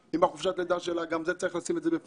מחופשת הלידה שלה גם את זה צריך בפנים.